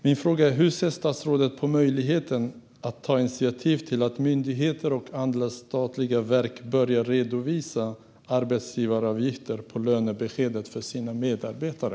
Min fråga är hur statsrådet ser på möjligheten att ta initiativ till att myndigheter och andra statliga verk börjar redovisa arbetsgivaravgifter på lönebeskedet för sina medarbetare.